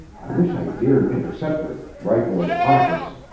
i wish i dared intercept her, rifle her pockets.